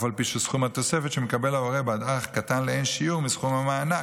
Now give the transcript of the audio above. אף על פי שסכום התוספת שמקבל ההורה בעד אח קטן לאין שיעור מסכום המענק.